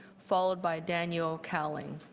followed by daniel kow ling.